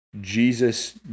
Jesus